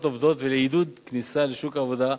עובדות ולעידוד כניסה לשוק העבודה,